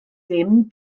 dim